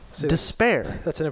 despair